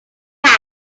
cats